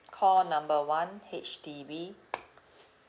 call number one H_D_B